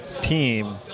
team